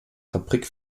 fabrik